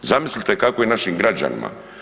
Zamislite kako je našim građanima.